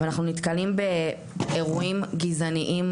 ואנחנו נתקלים באירועים גזעניים